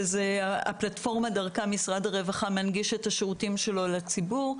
שזו הפלטפורמה דרכה משרד הרווחה מנגיש את השירותים שלו לציבור,